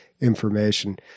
information